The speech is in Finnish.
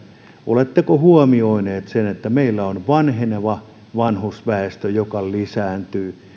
oletteko huomioineet sen että meillä on vanheneva vanhusväestö joka lisääntyy